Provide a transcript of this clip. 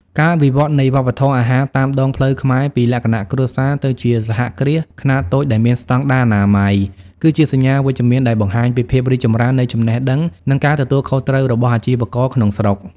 ការវិវត្តនៃវប្បធម៌អាហារតាមដងផ្លូវខ្មែរពីលក្ខណៈគ្រួសារទៅជាសហគ្រាសខ្នាតតូចដែលមានស្ដង់ដារអនាម័យ គឺជាសញ្ញាវិជ្ជមានដែលបង្ហាញពីភាពរីកចម្រើននៃចំណេះដឹង និងការទទួលខុសត្រូវរបស់អាជីវករក្នុងស្រុក។